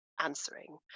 answering